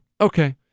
okay